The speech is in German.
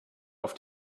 auf